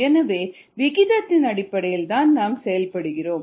எனவே விகிதத்தின் அடிப்படையில் நாம் செயல்படுகிறோம்